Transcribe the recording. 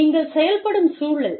நீங்கள் செயல்படும் சூழல்